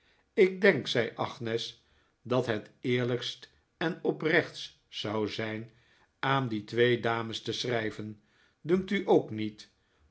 ik denk zei agnes dat het t eerlijkst en oprechtst zou zijn aan die twee dames te schrijven dunkt u ook niet